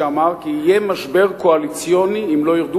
שאמר כי יהיה משבר קואליציוני אם לא ירדו